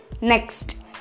Next